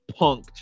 punked